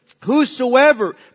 Whosoever